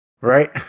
right